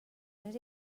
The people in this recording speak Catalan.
més